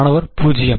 மாணவர் 0